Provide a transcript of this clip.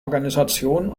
organisation